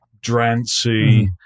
drancy